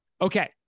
Okay